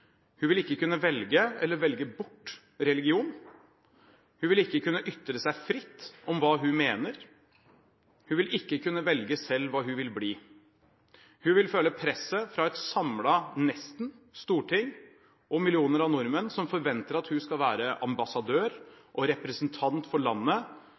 Hun vil ikke kunne velge eller velge bort religion. Hun vil ikke kunne ytre seg fritt om hva hun mener. Hun vil ikke kunne velge selv hva hun vil bli. Hun vil føle presset fra et nesten samlet storting og millioner av nordmenn som forventer at hun skal være ambassadør og representant for landet.